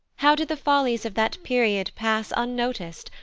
how did the follies of that period pass unnotic'd,